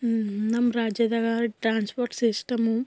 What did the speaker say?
ಹ್ಞೂಂ ನಮ್ಮ ರಾಜ್ಯದಾಗ transport system